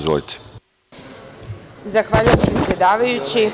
Zahvaljujem predsedavajući.